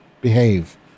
behave